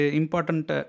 important